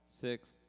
Six